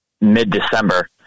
mid-December